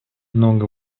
много